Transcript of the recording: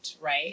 right